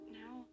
now